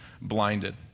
blinded